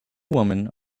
women